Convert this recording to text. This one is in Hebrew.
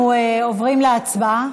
אנחנו עוברים להצבעה?